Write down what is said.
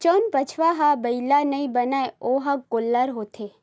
जउन बछवा ह बइला नइ बनय ओ ह गोल्लर होथे